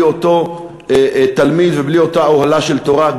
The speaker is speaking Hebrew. אותו תלמיד ובלי אותה אוהלה של תורה,